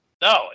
No